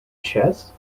chess